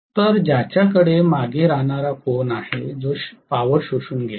तर ज्याच्याकडे मागे राहणारा कोन आहे जो शक्ती शोषून घेईल